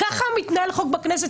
ככה מתנהל חוק בכנסת.